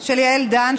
של יעל דן,